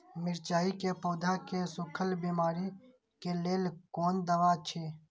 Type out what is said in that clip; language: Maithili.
मिरचाई के पौधा के सुखक बिमारी के लेल कोन दवा अछि?